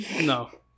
No